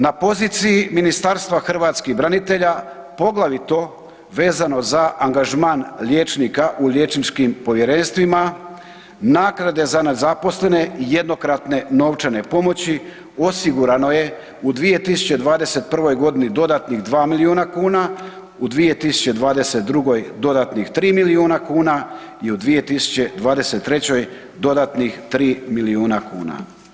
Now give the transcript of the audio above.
Na poziciji Ministarstva hrvatskih branitelja, poglavito vezano za angažman liječnika u liječničkim povjerenstvima, naknade za nezaposlene jednokratne novčane pomoći osigurano je u 2021. g. dodatnih 2 milijuna kuna, 2022. doda tnih 3 milijuna i u 2023. dodatnih 3 milijuna kuna.